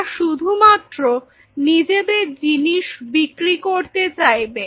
তারা শুধুমাত্র নিজেদের জিনিস বিক্রি করতে চাইবে